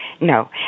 No